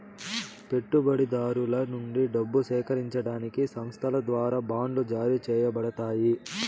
పెట్టుబడిదారుల నుండి డబ్బు సేకరించడానికి సంస్థల ద్వారా బాండ్లు జారీ చేయబడతాయి